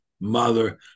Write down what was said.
mother